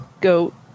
goat